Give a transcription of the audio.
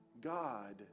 God